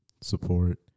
support